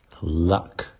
Luck